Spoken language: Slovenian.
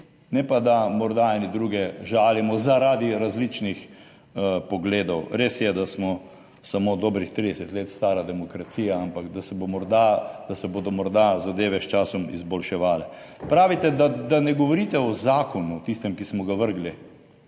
ne pa, da morda eni druge žalimo zaradi različnih pogledov. Res je, da smo samo dobrih 30 let stara demokracija, ampak da se bo morda, da se bodo morda zadeve s časom izboljševale. Pravite, da ne govorite o zakonu, o tistem, ki smo ga vrgli,